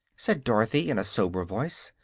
said dorothy, in a sober voice.